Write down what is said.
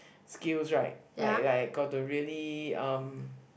skills right but like like got to really um